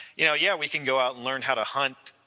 you know yeah we can go out and learn how to hunt,